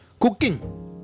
Cooking